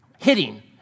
hitting